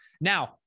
Now